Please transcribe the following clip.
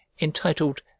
entitled